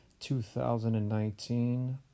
2019